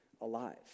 alive